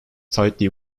tightly